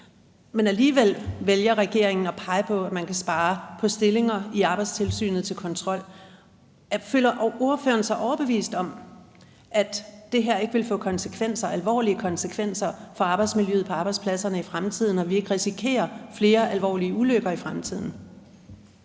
men alligevel vælger regeringen at pege på, at man kan spare på stillinger i Arbejdstilsynet, der skal føre kontrol. Føler ordføreren sig overbevist om, at det her ikke vil få alvorlige konsekvenser for arbejdsmiljøet på arbejdspladserne i fremtiden, og at vi ikke risikerer flere alvorlige ulykker i fremtiden?